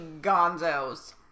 gonzos